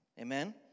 Amen